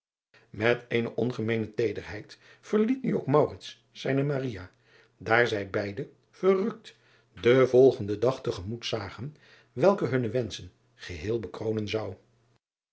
et eene ongemeene teederheid verliet nu ook zijne daar zij beide verrukt den volgenden dag te gemoet zagen welke hunne wenschen geheel bekroonen zou